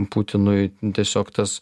putinui tiesiog tas